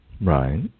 Right